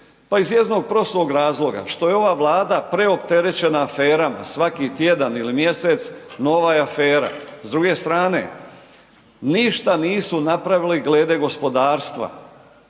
Pa iz jednog prostog razloga, što je ova Vlada preopterećena aferama, svaki tjedan ili mjesec nova je afera. S druge strane ništa nisu napravili glede gospodarstva